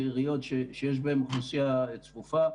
לעיריות שיש בהן אוכלוסייה צפופה.